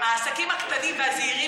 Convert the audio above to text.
העסקים הקטנים והזעירים,